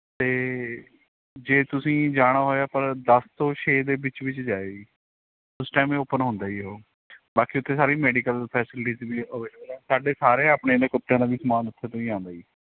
ਅਤੇ ਜੇ ਤੁਸੀਂ ਜਾਣਾ ਹੋਇਆ ਪਰ ਦਸ ਤੋਂ ਛੇ ਦੇ ਵਿੱਚ ਵਿੱਚ ਜਾਇਓ ਜੀ ਉਸ ਟਾਈਮ ਇਹ ਓਪਨ ਹੁੰਦਾ ਜੀ ਉਹ ਬਾਕੀ ਉੱਥੇ ਸਾਰੀ ਮੈਡੀਕਲ ਫੈਸਿਲਿਟੀਸ ਵੀ ਅਵੇਲੇਬਲ ਹੈ ਸਾਡੇ ਸਾਰੇ ਆਪਣੇ ਕੁੱਤਿਆਂ ਦਾ ਵੀ ਸਮਾਨ ਉੱਥੋਂ ਤੋਂ ਹੀ ਆਉਂਦਾ ਜੀ